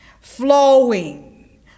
flowing